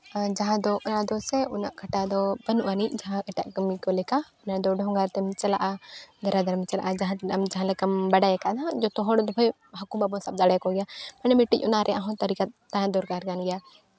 ᱟᱨ ᱡᱟᱦᱟᱸ ᱫᱚ ᱚᱱᱟ ᱫᱚᱥᱮ ᱠᱷᱟᱴᱟᱣ ᱫᱚ ᱵᱟᱹᱱᱩᱜ ᱟᱹᱱᱤᱡ ᱡᱟᱦᱟᱸ ᱠᱷᱴᱟᱜ ᱠᱟᱹᱢᱤ ᱠᱚ ᱞᱮᱠᱟ ᱚᱱᱟ ᱫᱚ ᱰᱷᱚᱝᱜᱟᱛᱮᱢ ᱪᱟᱞᱟᱜᱼᱟ ᱫᱟᱨᱦᱟᱛᱮᱢ ᱪᱟᱞᱟᱜᱼᱟ ᱡᱟᱦᱟᱸ ᱛᱤᱱᱟᱹᱜ ᱡᱟᱦᱟᱸ ᱞᱮᱠᱟᱢ ᱵᱟᱰᱟᱭ ᱠᱟᱫᱟ ᱡᱷᱚᱛᱚ ᱦᱚᱲ ᱫᱚ ᱦᱳᱭ ᱦᱟᱹᱠᱩ ᱵᱟᱵᱚᱱ ᱥᱟᱵ ᱫᱟᱲᱮᱣ ᱠᱚᱜᱮᱭᱟ ᱚᱱᱮ ᱢᱤᱫᱴᱮᱱ ᱚᱱᱟ ᱨᱮᱭᱟᱜ ᱦᱚᱸ ᱛᱟᱹᱨᱤᱠᱟ ᱛᱟᱦᱮᱱ ᱫᱚᱨᱠᱟᱨ ᱠᱟᱱ ᱜᱮᱭᱟ